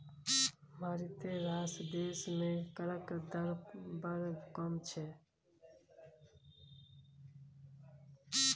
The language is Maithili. मारिते रास देश मे करक दर बड़ कम छै